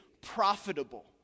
profitable